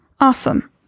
Awesome